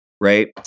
right